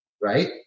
right